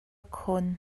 khawn